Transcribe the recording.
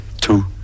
Two